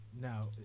now